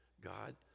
God